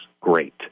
great